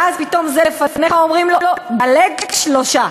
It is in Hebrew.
ואז פתאום אומרים לזה שלפניך: דלג שלושה.